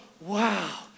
wow